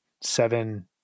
seven